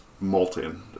molten